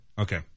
Okay